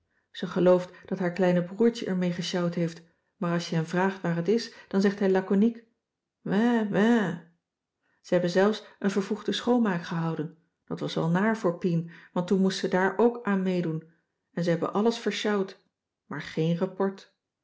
ze gelooft dat haar kleine broertje er mee gesjouwd heeft maar als je hem vraagt waar het is dan zegt hij laconiek wè wè ze hebben zelfs een vervroegde schoonmaak gehouden dat was wel naar voor pien want toen moest ze daar ook aan meedoen en ze hebben alles versjouwd maar geen rapport